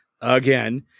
again